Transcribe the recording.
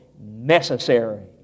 necessary